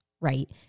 right